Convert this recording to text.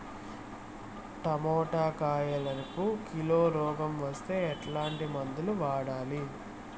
Tomato కాయలకు kilo రోగం వస్తే ఎట్లాంటి మందులు వాడాలి?